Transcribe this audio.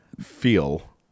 feel